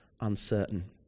uncertain